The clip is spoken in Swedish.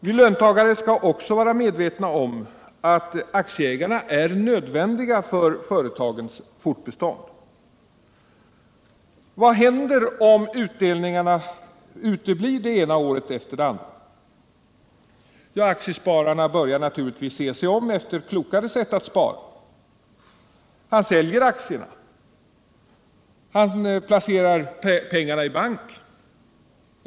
Vi löntagare skall också vara medvetna om att aktieägarna är nödvändiga för företagets fortbestånd. Vad händer om utdelningarna uteblir det ena året efter det andra? Ja, aktiespararen börjar naturligtvis se sig om efter ett klokare sätt att spara. Han säljer aktierna och placerar pengarna i bank.